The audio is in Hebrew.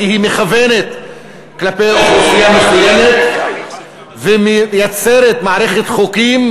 כי היא מכוונת כלפי אוכלוסייה מסוימת ומייצרת מערכת חוקים